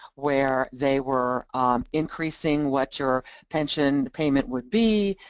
where they were increasing what your pension payment would be,